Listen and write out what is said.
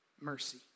mercy